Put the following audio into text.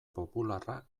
popularra